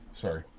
sorry